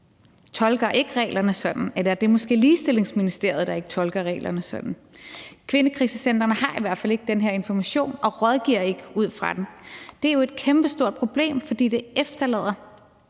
tolker ikke reglerne sådan – eller er det måske Ligestillingsministeriet, der ikke tolker reglerne sådan? Kvindekrisecentrene har i hvert fald ikke den her information og rådgiver ikke ud fra den. Det er jo et kæmpestort problem, fordi det efterlader